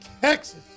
Texas